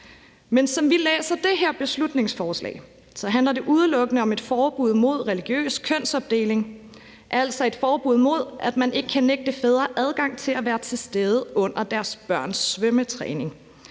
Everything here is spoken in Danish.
Men som vi læser det her beslutningsforslag, handler det udelukkende om et forbud mod religiøs kønsopdeling, altså et forbud mod, at man kan nægte fædre adgang til at være til stede under deres børns svømmetræning.